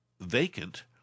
vacant